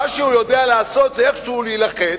מה שהוא יודע לעשות זה איכשהו להילחץ,